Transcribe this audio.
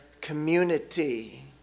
community